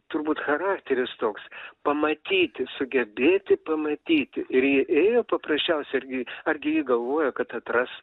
turbūt charakteris toks pamatyti sugebėti pamatyti ir ji ėjo paprasčiausiai argi argi ji galvojo kad atras